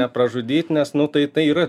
nepražudyt nes nu tai tai yra